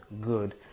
good